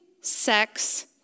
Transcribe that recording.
sex